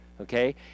okay